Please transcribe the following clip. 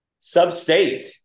Substate